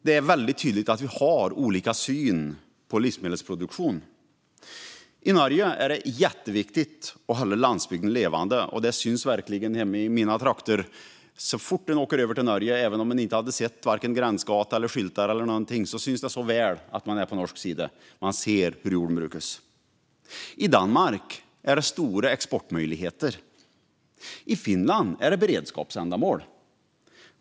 Det är väldigt tydligt att vi har olika syn på livsmedelsproduktion. I Norge är det jätteviktigt att hålla landsbygden levande. Det syns verkligen hemma i mina trakter. Så fort man åker över till Norge - även om man inte har sett gränsgata, skyltar eller någonting - syns det så väl att man är på norsk sida. Man ser hur jorden brukas. I Danmark är det stora exportmöjligheter. I Finland är det beredskapsändamål.